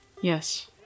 Yes